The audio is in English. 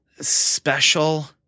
special